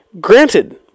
Granted